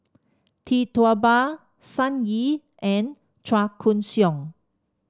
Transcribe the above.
Tee Tua Ba Sun Yee and Chua Koon Siong